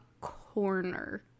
corner